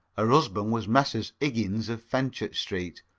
her husband was messrs. iggins of fenchurch street!